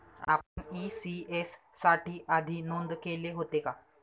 आपण इ.सी.एस साठी आधी नोंद केले होते का?